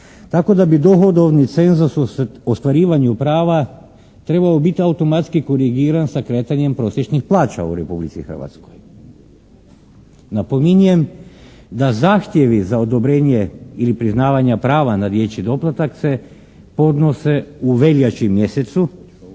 tako da bi dohodovni cenzus u ostvarivanju prava trebao bit automatski korigiran sa kretanjem prosječnih plaća u Republici Hrvatskoj. Napominjem da zahtjevi za odobrenje ili priznavanja prava na dječji doplatak se podnose u veljači mjesecu,